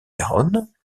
garonne